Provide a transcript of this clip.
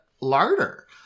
larder